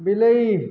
ବିଲେଇ